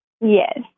Yes